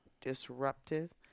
disruptive